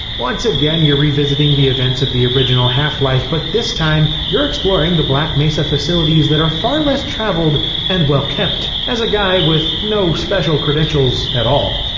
again you're revisiting the events of the original half-life, but this time you're exploring the black mesa facilities that are far less-traveled and well-kept as a guy with no special credentials at all.